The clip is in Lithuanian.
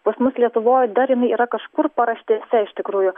pas mus lietuvoj dar jinai yra kažkur paraštėse iš tikrųjų